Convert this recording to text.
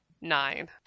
Nine